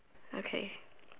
okay